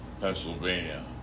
Pennsylvania